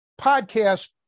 podcast